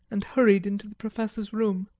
and hurried into the professor's room.